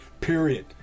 Period